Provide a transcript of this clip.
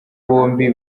bombi